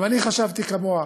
גם אני חשבתי כמוה.